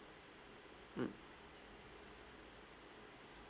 mm